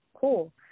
cool